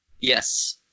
Yes